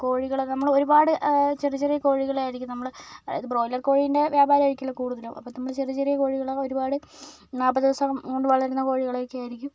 കോഴികളെ നമ്മളൊരുപാട് ചെറിയ ചെറിയ കോഴികളെ ആയിരിക്കും നമ്മള് അതായത് ബ്രോയിലർ കോഴീൻ്റെ വ്യാപാരായിരിക്കില്ലേ കൂടുതലും അപ്പോൾ നമ്മള് ചെറിയ ചെറിയ കോഴികളെ ഒരുപാട് നാൽപ്പത് ദിവസം കൊണ്ട് വളരുന്ന കോഴികളെയൊക്കെയായിരിക്കും